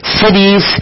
cities